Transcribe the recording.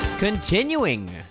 Continuing